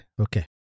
Okay